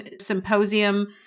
symposium